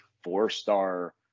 four-star